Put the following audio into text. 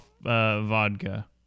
vodka